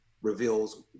Reveals